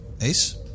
Ace